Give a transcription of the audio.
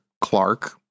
Clark